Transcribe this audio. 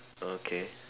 okay